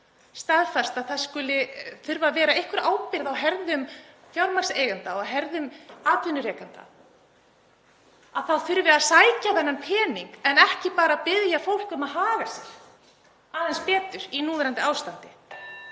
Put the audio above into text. staðfastlega að það þurfi að vera einhver ábyrgð á herðum fjármagnseigenda, á herðum atvinnurekanda, þá þurfi að sækja þennan pening en ekki bara biðja fólk um að haga sér aðeins betur í núverandi ástandi.